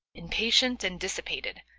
impatient, and dissipated,